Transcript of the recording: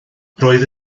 roedd